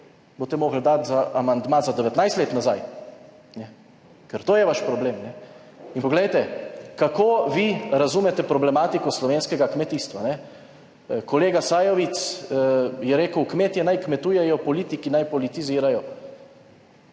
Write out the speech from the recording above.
Boste mogli dati amandma za 19 let nazaj, ker to je vaš problem. In poglejte, kako vi razumete problematiko slovenskega kmetijstva? Kolega Sajovic je rekel, kmetje naj kmetujejo, politiki naj politizirajo.